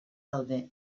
daude